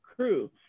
crew